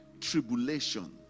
tribulation